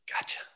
gotcha